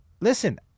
listen